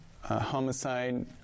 homicide